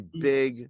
big